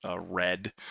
red